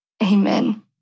Amen